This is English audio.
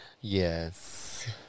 Yes